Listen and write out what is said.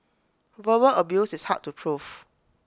verbal abuse is hard to proof